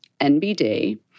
NBD